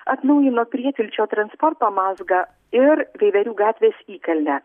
atnaujino prietilčio transporto mazgą ir veiverių gatvės įkalnę